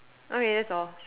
okay that's all